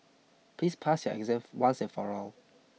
please pass your exam once and for all